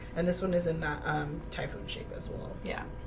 and this one is in that um type of shape as well. yeah